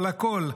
אבל הכול,